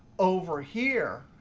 over here,